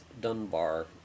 Dunbar